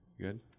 Good